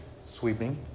sweeping